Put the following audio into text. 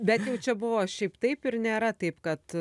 bet čia buvo šiaip taip ir nėra taip kad